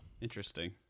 interesting